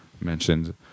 mentioned